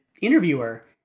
interviewer